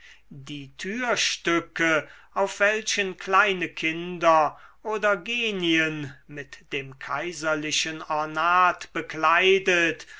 die türstücke auf welchen kleine kinder oder genien mit dem kaiserlichen ornat bekleidet